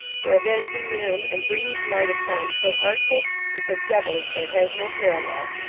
for avenging him, and bringing to light a crime so artful and so devilish that it has no parallel.